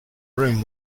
room